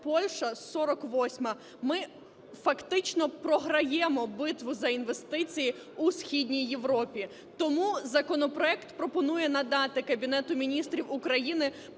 Польща - 48-ма. Ми фактично програємо битву за інвестиції у Східній Європі. Тому законопроект пропонує надати Кабінету Міністрів України